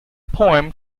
poem